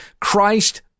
Christ